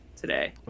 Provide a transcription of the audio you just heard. today